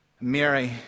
Mary